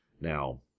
Now